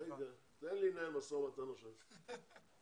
תן לי לנהל משא ומתן עכשיו בשבילך.